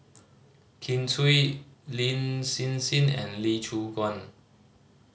Kin Chui Lin Hsin Hsin and Lee Choon Guan